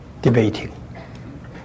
debating